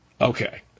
Okay